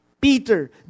Peter